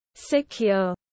secure